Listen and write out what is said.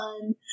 fun